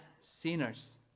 sinners